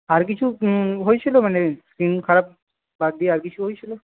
আর কিছু হয়েছিলো মানে স্ক্রিন খারাপ বাদ দিয়ে আর কিছু হয়েছিলো